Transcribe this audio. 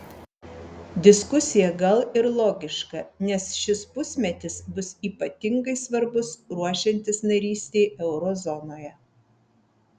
diskusija gal ir logiška nes šis pusmetis bus ypatingai svarbus ruošiantis narystei euro zonoje